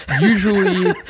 Usually